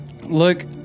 look